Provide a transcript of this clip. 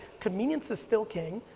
convenience is still king.